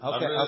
Okay